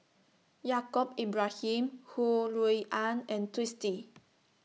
Yaacob Ibrahim Ho Rui An and Twisstii